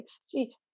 See